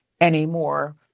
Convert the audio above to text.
anymore